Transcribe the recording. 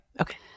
Okay